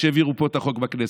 כשהעבירו פה את החוק בכנסת,